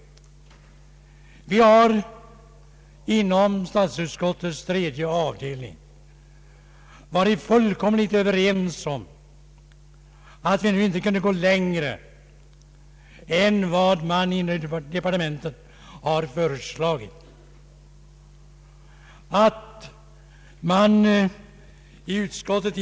Vi har inom statsutskottets tredje avdelning varit fullkomligt överens om att vi inte kunde gå längre än vad man har föreslagit från departementet.